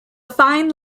fine